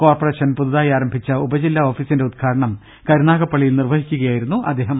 corporation പുതുതായി ആരംഭിച്ച ഉപജില്ല ഓഫീസിന്റെ ഉദ്ഘാടനം കരുനാഗപ്പള്ളിയിൽ നിർവഹിക്കുകയായിരുന്നു മന്ത്രി